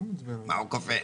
לא קופץ.